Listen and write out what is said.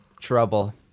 Trouble